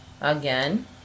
again